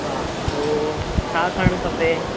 हा तो छा करणु खपे